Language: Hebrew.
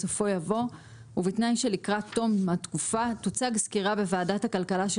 בסופו יבוא 'ובתנאי שלקראת תום התקופה תוצג סקירה בוועדת הכלכלה של